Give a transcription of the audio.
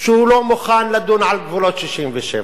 שהוא לא מוכן לדון על גבולות 67',